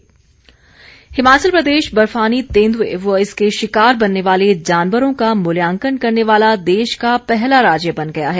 बर्फानी तेंदुए हिमाचल प्रदेश बर्फानी तेंद्ए व इसके शिकार बनने वाले जानवरों का मूल्यांकन करने वाला देश का पहला राज्य बन गया है